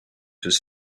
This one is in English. his